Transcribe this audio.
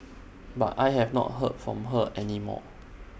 but I have not heard from her any more